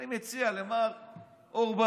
אני מציע למר אורבך,